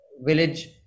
village